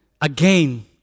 Again